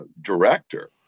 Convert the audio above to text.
director